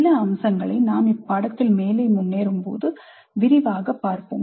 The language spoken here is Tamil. சில அம்சங்களை நாம் இப்பாடத்தில் மேலும் முன்னேறும்போது விரிவாக பார்ப்போம்